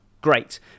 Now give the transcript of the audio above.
great